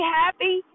happy